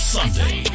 Sunday